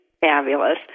Fabulous